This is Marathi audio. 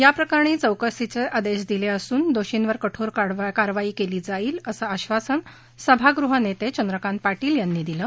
या प्रकरणी चौकशीचे आदेश दिले असून दोषींवर कठोर कारवाई केली जाईल असं आश्वासन सभागृह नेते चंद्रकांत पाटील यांनी दिलं